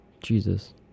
Jesus